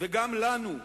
וגם לנו,